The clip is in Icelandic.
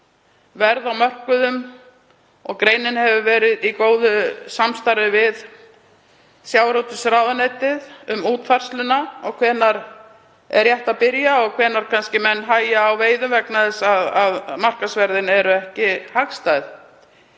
verð á mörkuðum, og greinin hefur verið í góðu samstarfi við sjávarútvegsráðuneytið um útfærsluna, hvenær rétt sé að byrja og hvenær menn hægja á veiðum vegna þess að markaðsverð er ekki hagstætt.